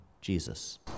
Jesus